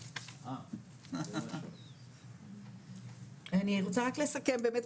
אני רוצה רק לסכם באמת,